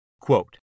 Quote